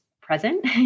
present